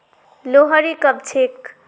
लोहड़ी कब छेक